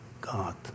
God